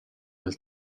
del